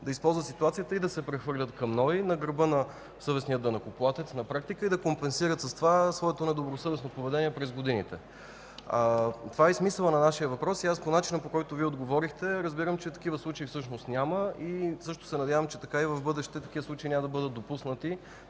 да използват ситуацията и да се прехвърлят на НОИ да гърба на съвестния данъкоплатец на практика и да компенсират с това свето недобросъвестно поведение през годините. Това е смисълът на нашия въпрос и аз по начина, по който Вие отговорихте, разбирам, че такива случаи всъщност няма. Надявам, че така и в бъдеще такива случаи няма да бъдат допуснати,